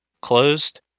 closed